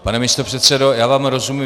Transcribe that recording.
Pane místopředsedo, já vám rozumím.